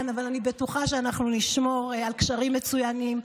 אבל אני בטוחה שאנחנו נשמור על קשרים מצוינים.